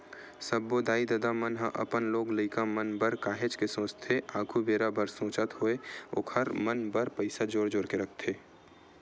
सब्बो दाई ददा मन ह अपन लोग लइका मन बर काहेच के सोचथे आघु बेरा बर सोचत होय ओखर मन बर पइसा जोर जोर के रखथे